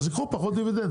אז ייקחו פחות דיבידנד,